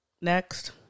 Next